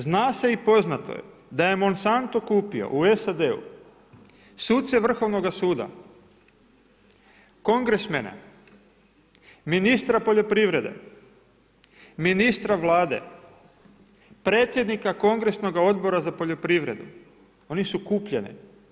Zna se i poznate je da Monsanto kupio u SAD-u suce Vrhovnoga suda, kongresmene, ministra poljoprivrede, ministra Vlade, predsjednika kongresnog Odbora za poljoprivredu, oni su kupljeni.